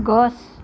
গছ